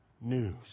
news